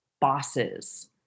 Bosses